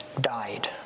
died